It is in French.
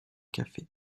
café